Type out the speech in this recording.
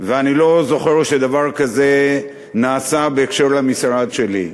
ואני לא זוכר שדבר כזה נעשה בקשר למשרד שלי,